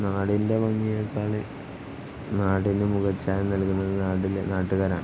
നാടിൻ്റെ ഭംഗിയെക്കാള് നാടിന് മുഖച്ഛായ നൽകുന്നത് നാട്ടുകാരാണ്